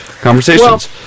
Conversations